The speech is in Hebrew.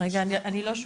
אני אוחזת